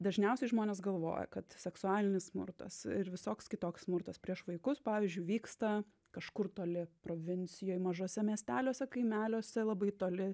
dažniausiai žmonės galvoja kad seksualinis smurtas ir visoks kitoks smurtas prieš vaikus pavyzdžiui vyksta kažkur toli provincijoj mažuose miesteliuose kaimeliuose labai toli